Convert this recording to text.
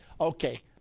Okay